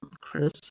Chris